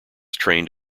trained